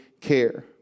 care